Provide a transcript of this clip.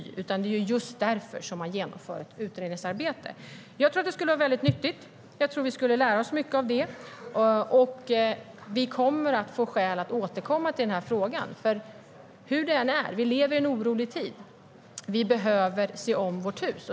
Det är just därför som man genomför ett utredningsarbete. Jag tror att det skulle vara väldigt nyttigt. Jag tror att vi skulle lära oss mycket av det. Vi kommer att få skäl att återkomma till frågan. Hur det än är lever vi i en orolig tid, och vi behöver se om vårt hus.